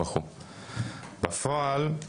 בפועל,